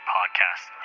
Podcast